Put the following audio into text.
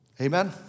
Amen